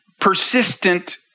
persistent